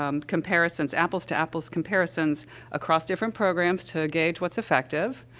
um comparisons, apples-to-apples comparisons across different programs to gauge what's effective,